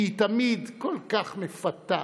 שהיא תמיד כל כך מפתה.